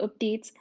updates